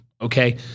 okay